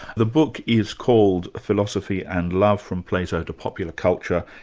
the book is called philosophy and love from plato to popular culture,